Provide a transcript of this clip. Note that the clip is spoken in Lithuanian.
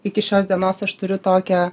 iki šios dienos aš turiu tokią